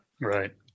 Right